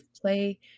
play